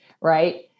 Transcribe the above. right